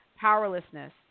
Powerlessness